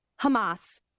Hamas